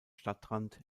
stadtrand